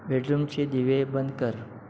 बेडरूमचे दिवे बंद कर